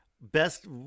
Best